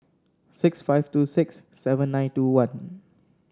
six five two six seven nine two one